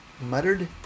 muttered